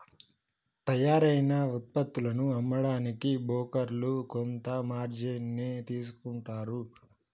తయ్యారైన వుత్పత్తులను అమ్మడానికి బోకర్లు కొంత మార్జిన్ ని తీసుకుంటారు